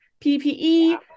PPE